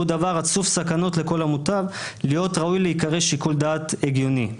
דבר רצוף סכנות לכל המוטב להיות ראוי להיקרא שיקול דעת הגיוני".